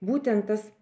būtent tas